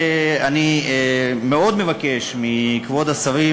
אני מאוד מבקש מכבוד השרים,